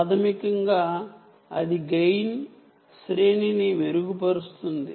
ప్రాథమికంగా అధిక గెయిన్ శ్రేణి ని మెరుగు పరుస్తుంది